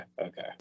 okay